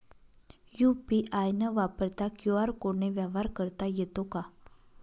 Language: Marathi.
यू.पी.आय न वापरता क्यू.आर कोडने व्यवहार करता येतो का?